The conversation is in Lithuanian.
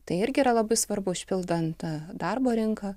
tai irgi yra labai svarbu užpildant darbo rinką